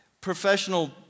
professional